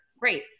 great